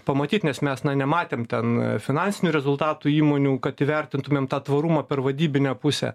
pamatyt nes mes nematėme ten finansinių rezultatų įmonių kad įvertintumėm tą tvarumą per vadybinę pusę